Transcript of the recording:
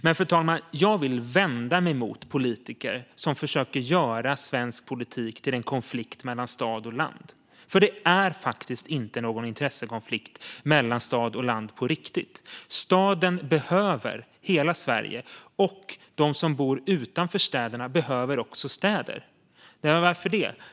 Men, fru talman, jag vill vända mig mot politiker som försöker göra svensk politik till en konflikt mellan stad och land, för det är faktiskt inte någon intressekonflikt mellan stad och land på riktigt. Staden behöver hela Sverige, och de som bor utanför städerna behöver städer. Varför?